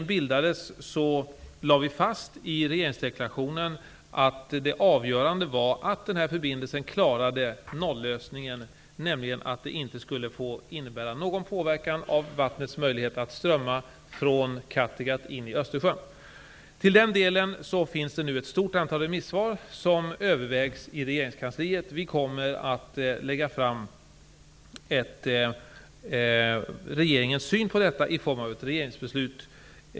När nuvarande regering bildades fastlades i regeringsdeklarationen att det avgörande var att denna förbindelse klarade nollösningen, nämligen att det inte skulle få innebära någon påverkan av vattnets möjlighet att strömma från Kattegatt in i Östersjön. Till den delen finns nu ett stort antal remissvar som övervägs i regeringskansliet. Vi kommer inom en snar framtid att lägga fram regeringens syn på detta i form av ett regeringsbeslut.